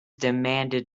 demanded